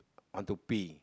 want to pee